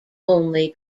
only